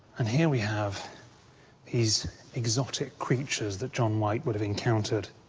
and here we have these exotic creatures that john white would have encountered.